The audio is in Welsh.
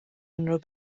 unrhyw